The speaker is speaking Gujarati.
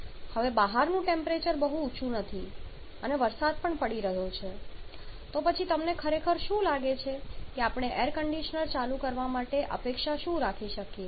હવે બહારનું ટેમ્પરેચર બહુ ઊંચું નથી અને વરસાદ પણ પડી રહ્યો છે તો પછી તમને ખરેખર શું લાગે છે કે આપણે એર કંડિશનર ચાલુ કરવા માટે શું અપેક્ષા રાખીએ